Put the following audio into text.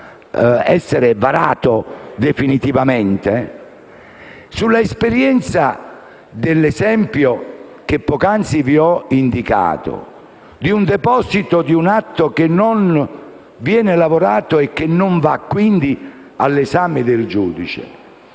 essere varato definitivamente? L'esperienza dell'esempio che poc'anzi vi ho indicato, cioè il deposito di un atto che non viene lavorato e che non va quindi all'esame del giudice,